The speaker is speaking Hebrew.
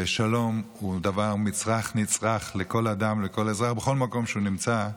ושלום הוא מצרך נצרך לכל אדם ולכל אזרח בכל מקום שהוא נמצא,